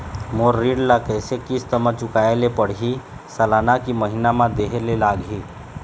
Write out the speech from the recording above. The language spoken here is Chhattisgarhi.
मोर ऋण ला कैसे किस्त म चुकाए ले पढ़िही, सालाना की महीना मा देहे ले लागही?